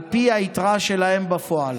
על פי היתרה שלהם בפועל.